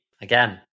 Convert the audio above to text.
again